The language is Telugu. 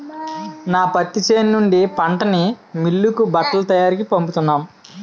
నా పత్తి చేను నుండి పంటని మిల్లుకి బట్టల తయారికీ పంపుతున్నాం